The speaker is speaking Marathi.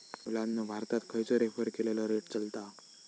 मुलांनो भारतात खयचो रेफर केलेलो रेट चलता?